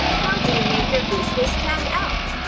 how do you make your business stand out?